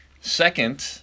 second